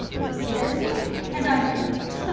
she scares me and i'm a ghost.